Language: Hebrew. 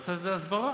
ולעשות עם זה הסברה.